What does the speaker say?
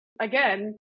again